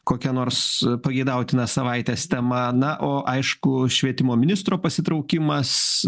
kokia nors pageidautina savaitės tema na o aišku švietimo ministro pasitraukimas